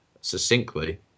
succinctly